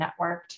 networked